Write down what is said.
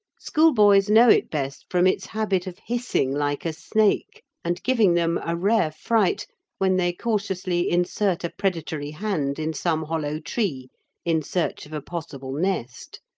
schoolboys know it best from its habit of hissing like a snake and giving them a rare fright when they cautiously insert a predatory hand in some hollow tree in search of a possible nest.